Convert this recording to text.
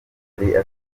atwite